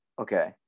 Okay